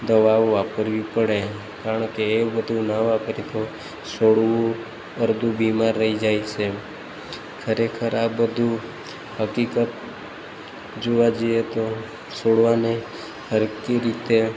દવાઓ વાપરવી પડે કારણ કે એવું બધું ના વાપરીએ તો છોડવું અડધું બીમાર રહી જાય ખરેખર આ બધું હકીકત જોવા જઈએ તો છોડવાને સરખી રીતે